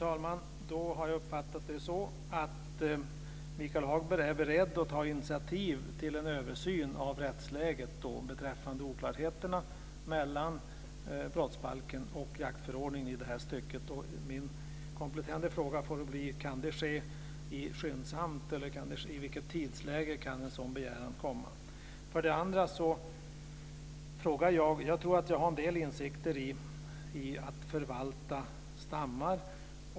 Fru talman! Jag uppfattar det som att Michael Hagberg är beredd att ta initiativ till en översyn av rättsläget beträffande oklarheterna mellan brottsbalken och jaktförordningen i detta stycke. Min kompletterande fråga får då bli: Kan det ske skyndsamt? I vilket tidsläge kan en sådan begäran komma? Jag tror att jag har en del insikter i att förvalta stammar.